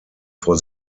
vor